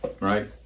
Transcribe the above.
right